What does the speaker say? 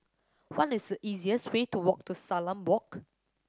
what is the easiest way to walk to Salam Walk